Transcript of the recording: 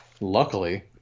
Luckily